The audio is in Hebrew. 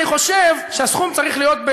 אני חושב שהסכום צריך להיות,